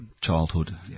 childhood